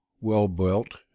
well-built